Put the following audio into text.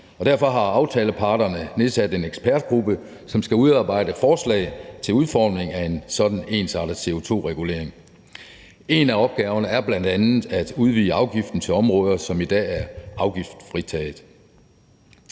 Derfor har aftaleparterne nedsat en ekspertgruppe, som skal udarbejde forslag til udformningen af en sådan ensartet CO2-regulering. En af opgaverne er bl.a. at udvide afgiften til områder, der i dag er afgiftsfritaget.